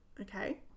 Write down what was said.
okay